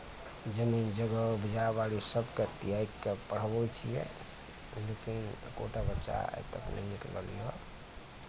जमीन जगह उपजा बाड़ी सबके त्यागके पढ़बै छियै लेकिन एकोटा बच्चा आइ तक नहि निकललया